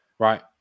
right